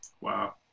Wow